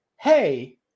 hey